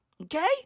okay